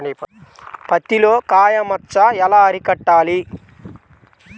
పత్తిలో కాయ మచ్చ ఎలా అరికట్టాలి?